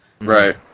Right